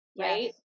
Right